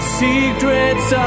secrets